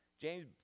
james